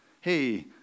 hey